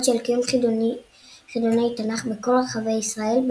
של קיום חידוני תנ"ך בכל רחבי ישראל,